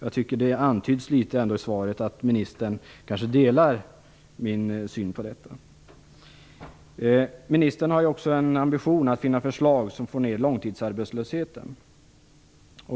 Jag tycker att det litet antyds att svaret att ministern kanske delar min syn på detta. Ministern har också en ambition att finna förslag som får ner långtidsarbetslösheten.